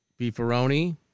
beefaroni